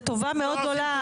זאת טובה מאוד גדולה,